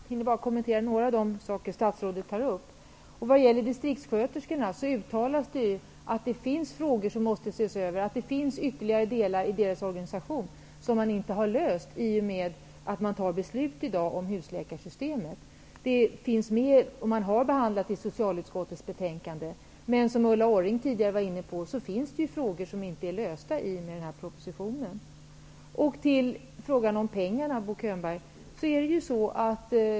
Fru talman! Jag hinner bara kommentera några av de saker statsrådet tar upp. Vad gäller distriktssköterskorna har det uttalats att det finns frågor som måste ses över och att det finns ytterligare delar av deras organisation som inte är avklarade när man i dag fattar beslut om husläkarsystemet. Detta har behandlats i socialutskottets betänkande, men det finns frågor som inte är lösta i och med att denna proposition läggs fram, som Ulla Orring tidigare var inne på.